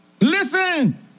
Listen